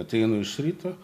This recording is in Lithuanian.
ateinu iš ryto